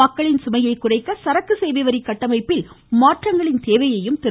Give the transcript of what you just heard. மக்களின் சுமையை குறைக்க சரக்கு சேவை வரி கட்டமைப்பில் மாற்றங்களின் தேவையையும் திரு